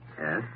Yes